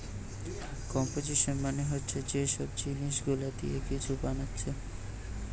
composition মানে হচ্ছে যে সব জিনিস গুলা দিয়ে কিছু বানাচ্ছে